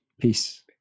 Peace